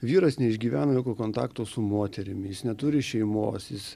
vyras neišgyvena jokio kontakto su moterimi jis neturi šeimos jis